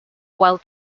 while